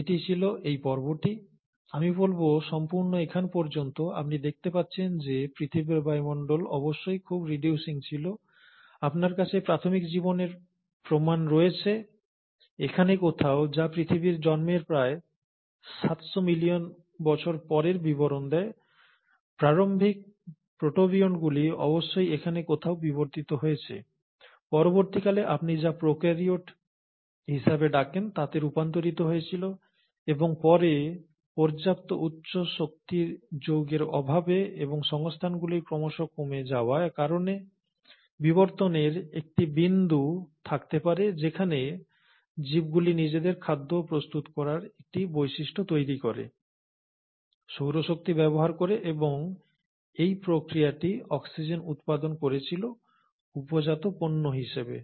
এটি ছিল এই পর্বটি আমি বলব সম্পূর্ণ এখান পর্যন্ত আপনি দেখতে পাচ্ছেন যে পৃথিবীর বায়ুমণ্ডল অবশ্যই খুব রিডিউসিং ছিল আপনার কাছে প্রাথমিক জীবনের প্রমাণ রয়েছে এখানে কোথাও যা পৃথিবীর জন্মের প্রায় 700 মিলিয়ন বছর পরের বিবরণ দেয় প্রারম্ভিক প্রোটোবিয়ন্টগুলি অবশ্যই এখানে কোথাও বিবর্তিত হয়েছে পরবর্তীকালে আপনি যা প্রোক্যারিওট হিসাবে ডাকেন তাতে রূপান্তরিত হয়েছিল এবং পরে পর্যাপ্ত উচ্চ শক্তির যৌগের অভাবে এবং সংস্থানগুলি ক্রমশ কমে যাওয়ার কারণে বিবর্তনের একটি বিন্দু থাকতে পারে যেখানে জীবগুলি নিজেদের খাদ্য প্রস্তুত করার একটি বৈশিষ্ট্য তৈরি করে সৌর শক্তি ব্যবহার করে এবং এই প্রক্রিয়াটি অক্সিজেন উৎপাদন করেছিল উপজাত পণ্য হিসেবে